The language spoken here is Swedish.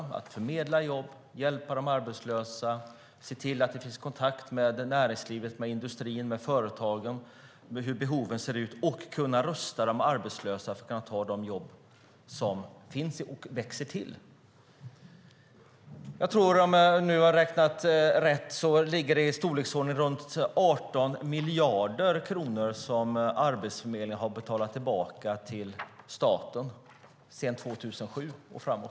Det är att förmedla jobb, hjälpa de arbetslösa, se till att det finns kontakt med näringslivet, industrin och företagen, att se hur behoven ser ut och kunna rusta de arbetslösa för att kunna ta de jobb som finns och växer till. Om jag nu har räknat rätt är det runt 18 miljarder kronor som Arbetsförmedlingen har betalat tillbaka till staten sedan 2007 och framåt.